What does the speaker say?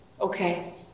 okay